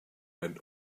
went